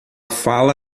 fala